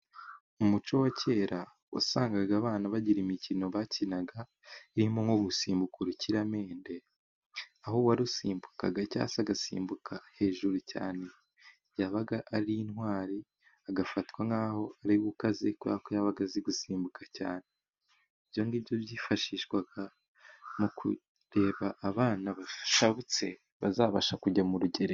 Mu muco wa kera wasangaga abana bagira imikino bakinaga irimo nko gusimbuka urukiramende, aho uwarusimbukaga cyangwa se agasimbuka hejuru cyane yabaga ari intwari, agafatwa nk'aho ariwe ukaze kuberako yabaga azi gusimbuka cyane, ibyo ngibyo byifashishwaga mu kureba abana bashabutse bazabasha kujya mu rugerero.